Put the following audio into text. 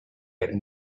had